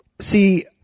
See